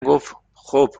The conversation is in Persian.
گفتخوب